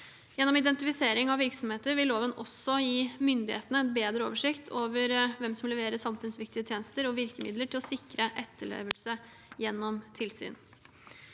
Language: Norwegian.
Gjennom identifisering av virksomheter vil loven også gi myndighetene en bedre oversikt over hvem som leverer samfunnsviktige tjenester, og virkemidler til å sikre etterlevelse gjennom tilsyn.